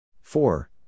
four